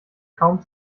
kaum